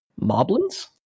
Moblins